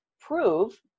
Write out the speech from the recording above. prove